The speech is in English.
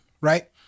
right